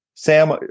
Sam